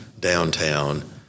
downtown